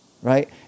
Right